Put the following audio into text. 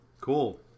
Cool